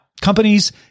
companies